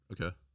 Okay